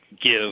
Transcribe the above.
give